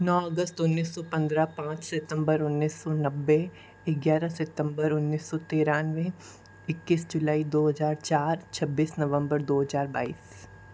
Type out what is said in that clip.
नौ अगस्त उन्नीस सौ पन्द्रह पाँच सितम्बर उन्नीस सौ नब्बे ग्यारह सितम्बर उन्नीस सौ तिरानवे इक्कीस जुलाई दो हजार चार छब्बीस नवंबर दो हजार बाईस